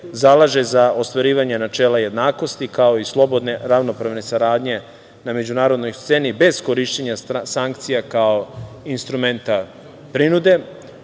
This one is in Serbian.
za ostvarivanje načela jednakosti, kao i slobodne ravnopravne saradnje na međunarodnoj sceni, bez korišćenja sankcija kao instrumenta prinude. To